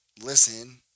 listen